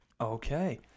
Okay